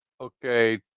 okay